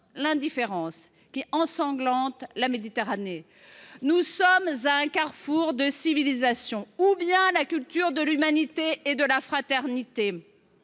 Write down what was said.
l’indifférence, qui ensanglante la Méditerranée. Nous sommes à un carrefour de civilisations. Ou bien la culture de l’humanité et de la fraternité,